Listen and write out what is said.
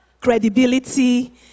credibility